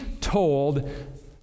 told